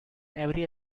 every